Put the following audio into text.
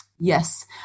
yes